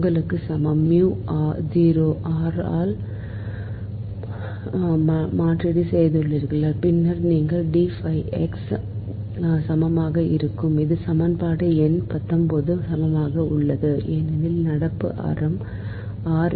உங்களுக்கு சமம் mu 0 ஆல் R மாற்றீடு செய்துள்ளனர் பின்னர் நீங்கள் D phi x சமமாக இருக்கும் இது சமன்பாடு எண் பத்தொன்பது சமமாக உள்ளது ஏனெனில் நடப்பு ஆரம் ஆர்